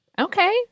Okay